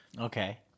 Okay